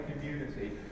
community